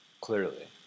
clearly